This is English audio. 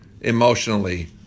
emotionally